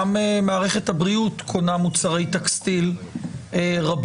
גם מערכת הבריאות קונה מוצרי טקסטיל רבים,